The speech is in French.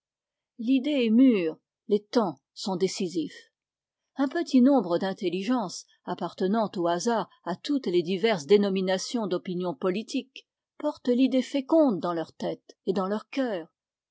l'idée est mûre les temps sont décisifs un petit nombre d'intelligences appartenant au hasard à toutes les diverses dénominations d'opinions politiques portent l'idée féconde dans leurs tètes et dans leurs cœurs